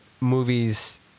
movies